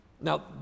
Now